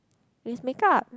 it's makeup